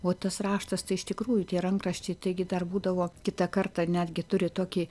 o tas raštas tai iš tikrųjų tie rankraščiai taigi dar būdavo kitą kartą netgi turi tokį